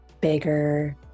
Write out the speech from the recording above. bigger